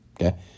okay